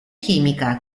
chimica